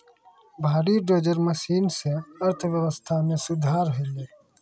भारी dozer machine सें अर्थव्यवस्था मे सुधार होलय